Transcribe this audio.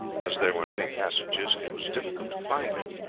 as there were many passages, it was difficult to find her,